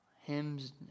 hymns